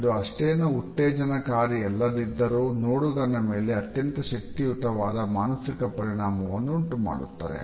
ಇದು ಅಷ್ಟೇನೂ ಉತ್ತೇಜನಕಾರಿಯಲ್ಲದಿದ್ದರೂ ನೋಡುಗನ ಮೇಲೆ ಅತ್ಯಂತ ಶಕ್ತಿಯುತವಾದ ಮಾನಸಿಕ ಪರಿಣಾಮವನ್ನುಂಟು ಮಾಡುತ್ತದೆ